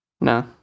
No